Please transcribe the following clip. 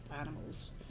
animals